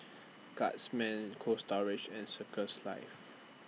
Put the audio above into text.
Guardsman Cold Storage and Circles Life